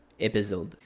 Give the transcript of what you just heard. episode